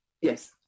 Yes